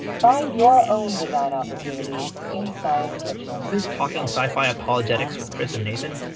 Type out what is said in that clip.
find your own design opportunities in science fiction since talking sci-fi apologetics with chris and nathan,